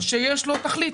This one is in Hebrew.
מס שיש לו תכלית.